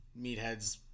meatheads